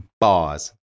Bars